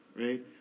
right